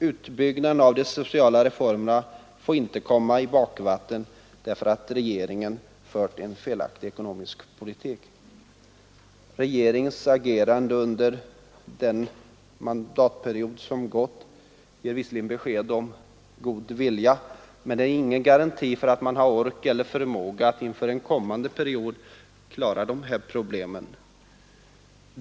Utbyggnaden av de sociala reformerna får inte komma i bakvatten därför att regeringen har fört en felaktig ekonomisk politik. Regeringens agerande under den mandatperiod som gått ger visserligen besked om god vilja, men det är ingen garanti för att man har ork eller förmåga att även en kommande period klara de här problemen.